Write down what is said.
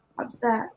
upset